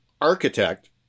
architect